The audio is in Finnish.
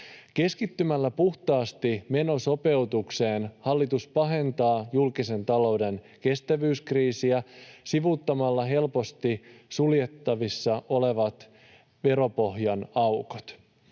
Keskittymällä puhtaasti menosopeutukseen hallitus pahentaa julkisen talouden kestävyyskriisiä sivuuttamalla helposti suljettavissa olevat veropohjan aukot.